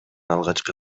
алгачкы